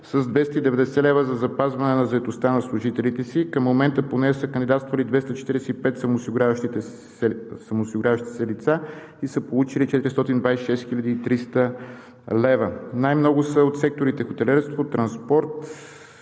с 290 лв. за запазване на заетостта на служителите си. Към момента поне са кандидатствали 245 самоосигуряващи се лица и са получили 426 300 лв. Най-много са от секторите хотелиерство, транспорт